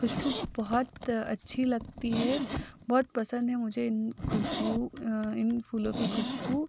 खुसबू बहुत अच्छी लगती है बहुत पसंद है मुझे इन खुशबू इन फूलों की खुशबू